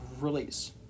release